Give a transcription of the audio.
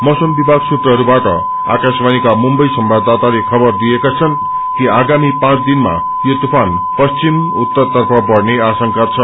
मौसम विभाग सूत्रहरूबाट आकाशवाणीका मुम्बई संवाददाताले खवर दिएका छन् कि आगामी पाँच दिनमा यो तुफान पश्चिम उत्तरतर्फ बढ़ने आशंका छ